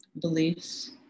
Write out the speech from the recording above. beliefs